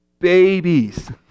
babies